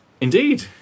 Indeed